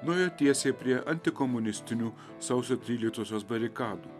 nuėjo tiesiai prie antikomunistinių sausio tryliktosios barikadų